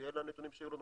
כי אלה הנתונים שהיו לנו